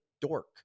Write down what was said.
dork